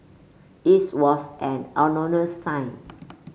its was an sign